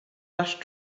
rushed